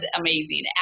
amazing